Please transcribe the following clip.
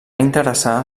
interessar